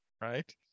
right